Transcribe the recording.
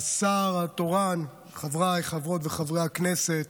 השר התורן, חבריי חברות וחברי הכנסת,